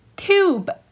tube